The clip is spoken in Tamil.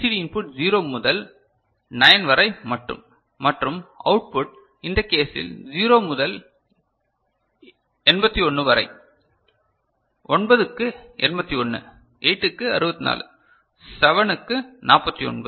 டி இன்புட் 0 முதல் 9 வரை மற்றும் அவுட்புட் இந்த கேசில் 0 முதல் 81 வரை 9 இக்கு 81 8 இக்கு 64 7 இக்கு 49